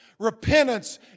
Repentance